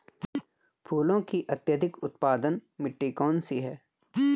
फूलों की अत्यधिक उत्पादन मिट्टी कौन सी है?